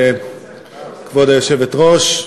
כבוד היושבת-ראש,